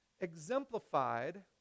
exemplified